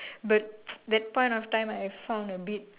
but that point of time I found a bit